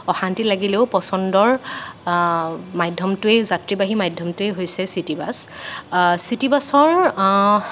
অশান্তি লাগিলেও পচন্দৰ মাধ্যমটোৱেই যাত্ৰীবাহী মাধ্যমটোৱেই হৈছে চিটি বাছ চিটিবাছৰ